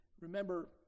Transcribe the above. remember